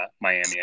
Miami